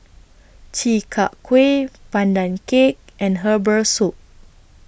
Chi Kak Kuih Pandan Cake and Herbal Soup